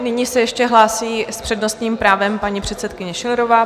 Nyní se ještě hlásí s přednostním právem paní předsedkyně Schillerová.